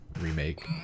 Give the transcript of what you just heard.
remake